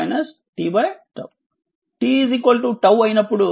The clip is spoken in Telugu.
t 𝜏 అయినప్పుడు ఇది 0